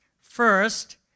First